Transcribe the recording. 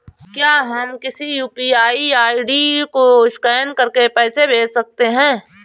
क्या हम किसी यू.पी.आई आई.डी को स्कैन करके पैसे भेज सकते हैं?